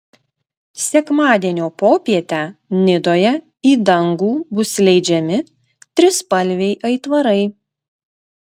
sekmadienio popietę nidoje į dangų bus leidžiami trispalviai aitvarai